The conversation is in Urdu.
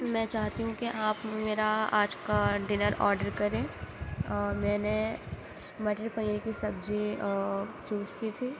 میں چاہتی ہوں کہ آپ میرا آج کا ڈنر آڈر کریں اور میں نے مٹر پنیر کی سبزی چوز کی تھی